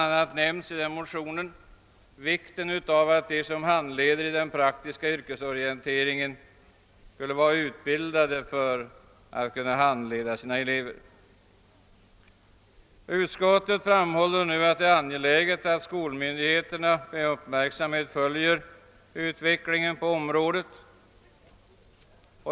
a. har i denna motion nämnts vikten av att de som handleder i den praktiska yrkesorienteringen är utbildade för att handleda sina elever. Utskottet framhåller att det är angeläget att skolmyndigheterna med uppmärksamhet följer utvecklingen på området.